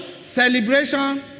Celebration